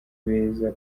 beza